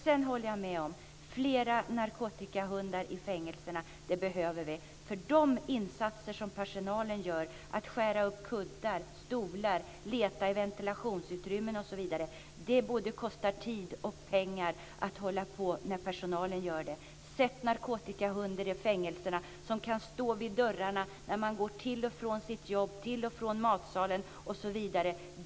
Sedan håller jag med om att vi behöver fler narkotikahundar i fängelserna. De insatser som personalen gör - att skära upp kuddar och stolar, att leta i ventilationsutrymmen osv. - kostar både tid och pengar när personalen gör det. Sätt narkotikahundar i fängelserna som kan stå vid dörrarna när man går till och från sitt jobb, till och från matsalen osv.